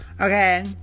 Okay